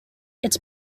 its